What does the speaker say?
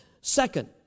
Second